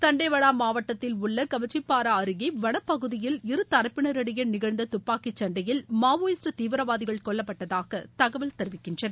தண்டேவடா மாவட்டத்தில் உள்ள கவசிப்பாரா அருகே வனப்பகுதியில் இரு தரப்பினரிடையே நிகழ்ந்த துப்பாக்கி சண்டையில் மாவோயிஸ்ட் தீவிரவாதிகள் கொல்லப்பட்டதாக தகவல் தெரிவிக்கின்றன